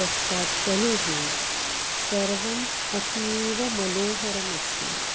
तस्याः ध्वनिः सर्वम् अतीव मनोहरमस्ति